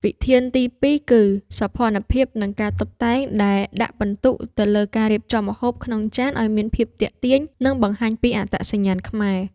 វិធានទីពីរគឺ សោភ័ណភាព និងការតុបតែង ដែលដាក់ពិន្ទុទៅលើការរៀបចំម្ហូបក្នុងចានឱ្យមានភាពទាក់ទាញ និងបង្ហាញពីអត្តសញ្ញាណខ្មែរ។